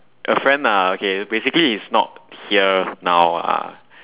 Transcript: a friend lah okay basically he is not here now ah